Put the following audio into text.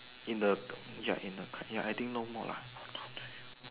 in the ya in the ya I think no more lah